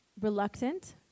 reluctant